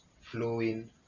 flowing